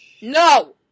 No